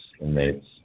inmates